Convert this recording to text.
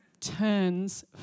turns